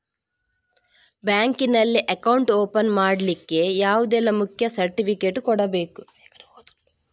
Bank ನಲ್ಲಿ account open ಮಾಡ್ಲಿಕ್ಕೆ ಯಾವುದೆಲ್ಲ ಮುಖ್ಯ ಸರ್ಟಿಫಿಕೇಟ್ ಕೊಡ್ಬೇಕು?